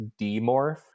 demorph